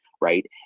right